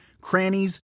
crannies